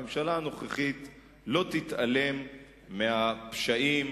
הממשלה הנוכחית לא תתעלם מהפשעים,